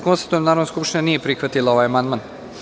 Konstatujem da Narodna skupština nije prihvatila ovaj amandman.